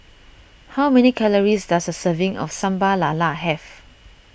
how many calories does a serving of Sambal Lala have